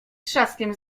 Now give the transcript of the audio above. trzaskiem